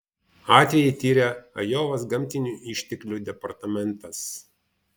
atvejį tiria ajovos gamtinių išteklių departamentas